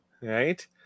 Right